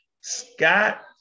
Scott